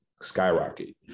skyrocket